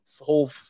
whole